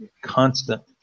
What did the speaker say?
constant